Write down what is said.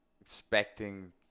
expecting